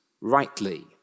rightly